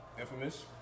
Infamous